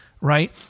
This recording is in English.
right